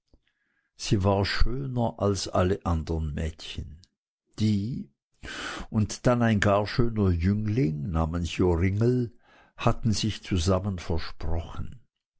sie war schöner als alle anderen mädchen die und dann ein gar schöner jüngling namens joringel hatten sich zusammen versprochen